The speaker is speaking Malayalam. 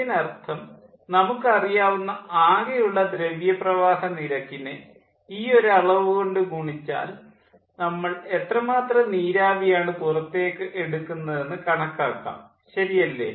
ഇതിനർത്ഥം നമുക്ക് അറിയാവുന്ന ആകെയുള്ള ദ്രവ്യ പ്രവാഹ നിരക്കിനെ ഈയൊരു അളവു കൊണ്ട് ഗുണിച്ചാൽ നമ്മൾ എത്രമാത്രം നീരാവിയാണ് പുറത്തേക്ക് എടുക്കുന്നതെന്ന് കണക്കാക്കാം ശരിയല്ലേ